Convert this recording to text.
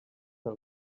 del